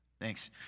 Thanks